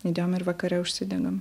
įdėjom ir vakare užsidegėm